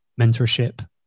mentorship